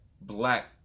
black